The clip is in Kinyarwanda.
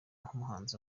nk’umuhanzi